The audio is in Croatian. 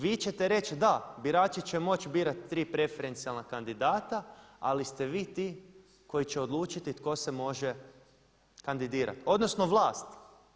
Vi ćete reći da, birači će moći birati tri preferencijalna kandidata ali ste vi ti koji će odlučiti tko se može kandidirati, odnosno vlast.